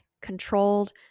controlled